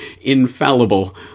infallible